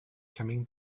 coming